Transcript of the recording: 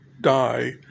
die